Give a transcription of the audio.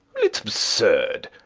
it's absurd.